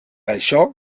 això